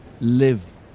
live